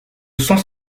cent